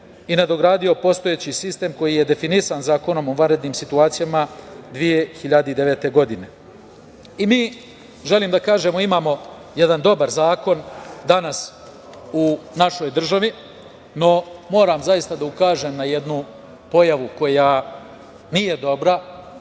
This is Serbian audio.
i nadogradio postojeći sistem koji je definisan Zakonom o vanrednim situacijama 2009. godine. Želim da kažem da mi imamo jedan dobar zakon danas u našoj državi. No, moram zaista da ukažem na jednu pojavu koja nije dobra